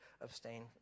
abstain